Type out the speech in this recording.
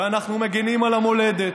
ואנחנו מגינים על המולדת,